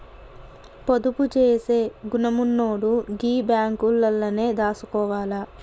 పొదుపు జేసే గుణమున్నోడు గీ బాంకులల్లనే దాసుకోవాల